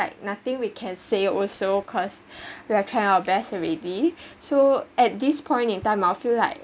like nothing we can say also cause we are trying our best already so at this point in time I'll feel like